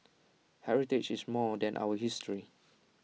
heritage is more than our history